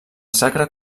sacre